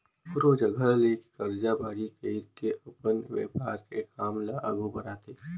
कखरो जघा ले करजा बाड़ही कइर के अपन बेपार के काम ल आघु बड़हाथे